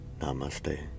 Namaste